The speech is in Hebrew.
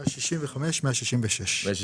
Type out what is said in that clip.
אם יש